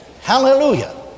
Hallelujah